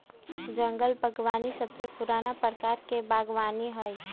जंगल बागवानी सबसे पुराना प्रकार के बागवानी हई